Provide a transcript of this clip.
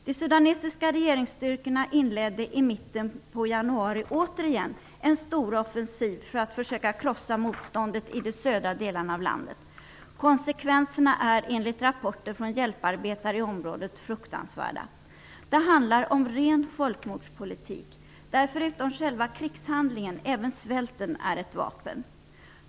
De sudanesiska regeringsstyrkorna inledde i mitten på januari återigen en storoffensiv för att försöka krossa motståndet i de södra delarna av landet. Konsekvenserna är fruktansvärda, enligt rapporter från hjälparbetare i området. Det handlar om ren folkmordspolitik, där förutom själva krigshandlingen även svälten är ett vapen.